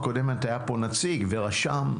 הקרן כיום היא בסך 240 מיליארד שקלים ומספיקה לכשנתיים של